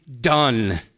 done